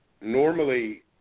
normally